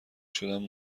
شدم